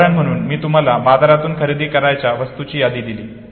उदाहरण म्हणून मी तुम्हाला बाजारातून खरेदी करायच्या वस्तूंची यादी दिली